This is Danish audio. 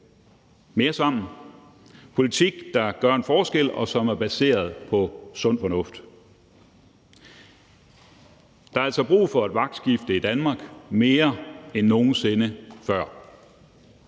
mere sammen, en politik, der gør en forskel, og som er baseret på sund fornuft. Der er altså brug for et vagtskifte i Danmark mere end nogen sinde før,